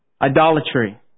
Idolatry